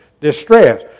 distress